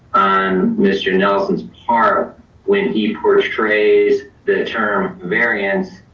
um mr. nelson's part when he portrays the term variance